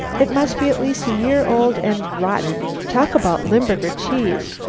it must be at least a year old and rotten. talk about limburger cheese!